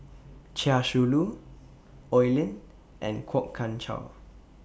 Chia Shi Lu Oi Lin and Kwok Kian Chow